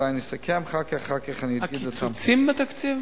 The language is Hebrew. אולי אני אסכם ואחר כך אני אגיד, הקיצוצים בתקציב?